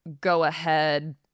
go-ahead